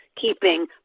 keeping